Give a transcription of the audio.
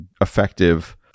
effective